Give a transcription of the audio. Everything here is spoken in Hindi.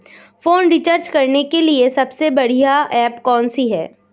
फोन रिचार्ज करने के लिए सबसे बढ़िया ऐप कौन सी है?